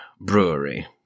brewery